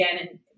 again